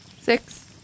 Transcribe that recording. Six